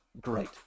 great